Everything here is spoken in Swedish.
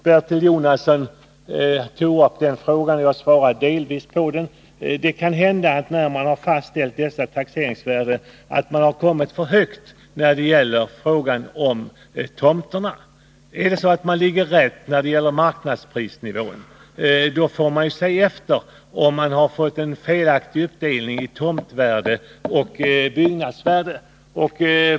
Bertil Jonasson tog upp den frågan, och jag svarade delvis på den tidigare. Det kan hända att man, när man fastställt dessa taxeringsvärden, kommit för högt då det gäller tomterna. Är det så att man ligger rätt i fråga om marknadsprisnivån får man ju se efter om man har fått en felaktig uppdelning i tomtvärde och byggnadsvärde.